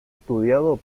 estudiado